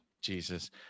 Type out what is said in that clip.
Jesus